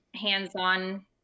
hands-on